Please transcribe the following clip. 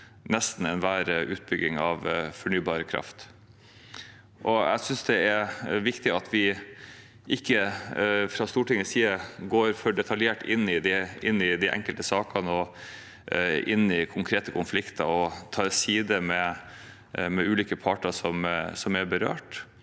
nesten enhver utbygging av fornybar kraft. Jeg synes det er viktig at vi ikke fra Stortingets side går for detaljert inn i de enkelte sakene og konkrete konflikter og tar parti med ulike parter som er berørt,